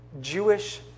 Jewish